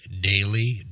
Daily